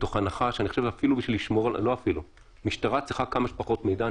וזאת, מתוך הנחה שמשטרה צריכה כמה שפחות מידע.